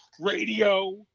Radio